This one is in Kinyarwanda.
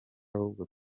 ahubwo